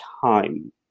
time